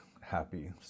happy